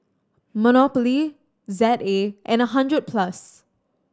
Monopoly Z A and Hundred Plus